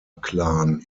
clan